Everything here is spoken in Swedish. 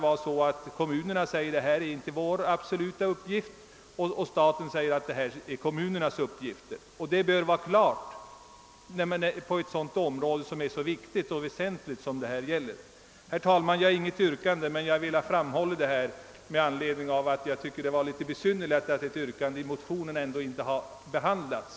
Jag har inget yrkande men har velat framhålla dessa synpunkter eftersom jag fann det besynnerligt att ett yrkande i den aktuella motionen inte har behandlats.